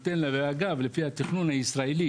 לפי התכנון הישראלי,